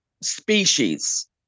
species